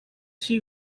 she